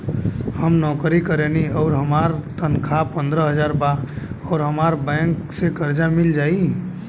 हम नौकरी करेनी आउर हमार तनख़ाह पंद्रह हज़ार बा और हमरा बैंक से कर्जा मिल जायी?